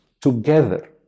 together